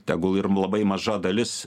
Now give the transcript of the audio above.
tegul ir labai maža dalis